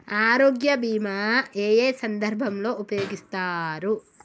ఆరోగ్య బీమా ఏ ఏ సందర్భంలో ఉపయోగిస్తారు?